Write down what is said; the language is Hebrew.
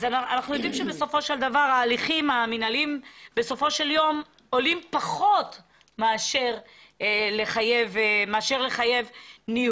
בסופו של דבר ההליכים המינהליים עולים פחות מחיוב ניהול